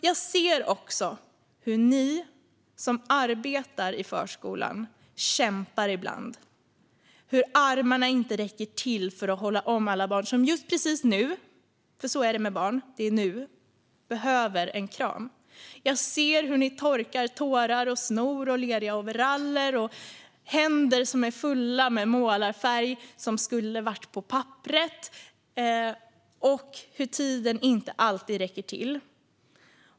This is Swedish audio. Jag ser också hur ni som arbetar i förskolan kämpar ibland, hur armarna inte räcker till för att hålla om alla barn som just precis nu - så är det ju med barn - behöver en kram. Jag ser hur ni torkar tårar, snor, leriga overaller och händer som är fulla med målarfärg som skulle varit på papperet och hur tiden inte alltid räcker till.